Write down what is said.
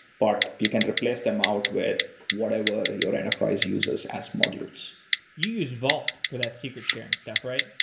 but you can't replace them out with whatever your enterprise uses as modules. you use vault for that secret sharing stuff, right?